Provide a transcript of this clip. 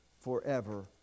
forever